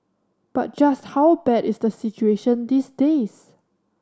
but just how bad is the situation these days